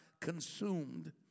consumed